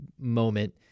moment